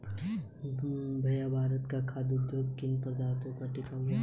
भैया भारत का खाघ उद्योग किन पदार्थ पर टिका हुआ है?